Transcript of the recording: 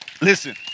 Listen